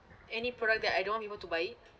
any product that I don't want people to buy